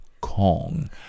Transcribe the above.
Kong